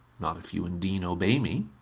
not if you and dean obey me.